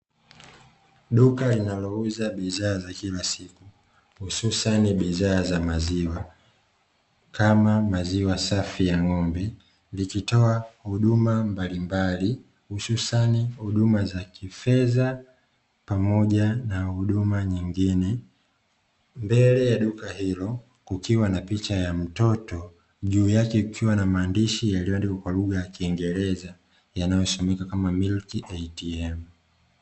Duka linalouza bidhaa za kila siku, hususani bidhaa za maziwa, kama maziwa safi ya ng'ombe, likitoa huduma mbalimbali hususani huduma za kifedha pamoja na huduma nyingine. Mbele ya duka hilo kukiwa na picha ya mtoto, juu yake kukiwa na maandishi yaliyoandikwa kwa lugha ya Kiingereza yanayosomika kama "MILK ATM".